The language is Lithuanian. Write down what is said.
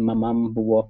mama buvo